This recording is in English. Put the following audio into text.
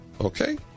Okay